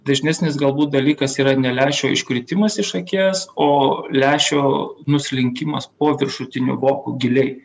dažnesnis galbūt dalykas yra ne lęšio iškritimas iš akies o lęšio nuslinkimas po viršutiniu voku giliai